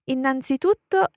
Innanzitutto